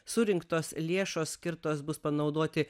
surinktos lėšos skirtos bus panaudoti